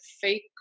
fake